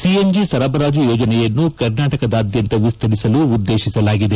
C N G ಸರಬರಾಜು ಯೋಜನೆಯನ್ನು ಕರ್ನಾಟಕದಾದ್ಯಂತ ವಿಸ್ತರಿಸಲು ಉದ್ದೇಶಿಸಲಾಗಿದೆ